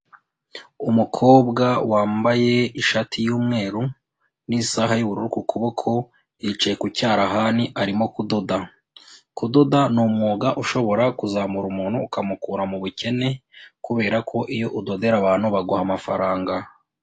Umukobwa wambaye ishati y'umweru n'isaha y'ubururu ku kuboko, yicaye ku cyarahani arimo kudoda, kudoda ni umwuga ushobora kuzamura umuntu ukamukura mu bukene kubera ko iyo udodera abantu baguha amafaranga.